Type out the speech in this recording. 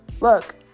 Look